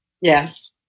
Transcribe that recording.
yes